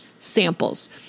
Samples